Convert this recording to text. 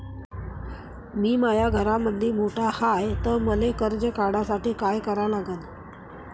मी माया घरामंदी मोठा हाय त मले कर्ज काढासाठी काय करा लागन?